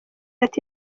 ati